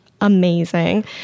amazing